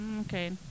Okay